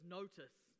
notice